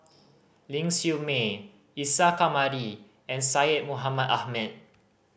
Ling Siew May Isa Kamari and Syed Mohamed Ahmed